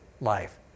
life